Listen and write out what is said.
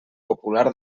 popular